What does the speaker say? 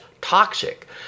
toxic